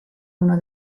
una